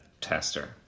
tester